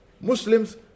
Muslims